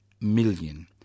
million